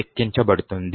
లెక్కించబడుతుంది